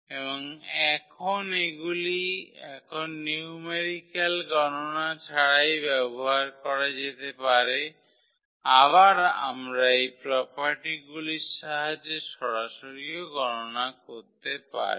এবং এখন এগুলি এখন নিউম্যারিকাল গণনা ছাড়াই ব্যবহার করা যেতে পারে আবার আমরা এই প্রোপার্টিগুলির সাহায্যে সরাসরিও গণনা করতে পারি